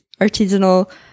artisanal